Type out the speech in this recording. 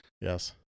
Yes